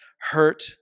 hurt